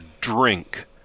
drink